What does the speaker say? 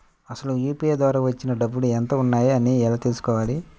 అసలు యూ.పీ.ఐ ద్వార వచ్చిన డబ్బులు ఎంత వున్నాయి అని ఎలా తెలుసుకోవాలి?